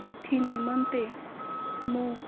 ଏଥି ନିମନ୍ତେ ମୁଁ